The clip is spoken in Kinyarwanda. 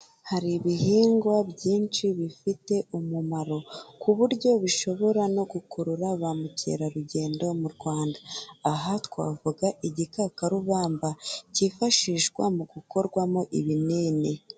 Hari ibihingwa byinshi bifite umumaro, ku buryo bishobora no gukurura ba mukerarugendo mu rwanda. Aha twavuga igikakarubamba, cyifashishwa mu gukorwamo ibinini.